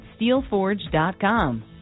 Steelforge.com